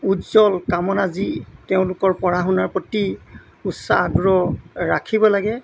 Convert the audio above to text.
উজ্বল কামনা যি তেওঁলোকৰ পঢ়া শুনাৰ প্ৰতি উৎসাহ আগ্ৰহ ৰাখিব লাগে